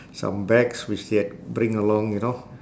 some bags which they had bring along you know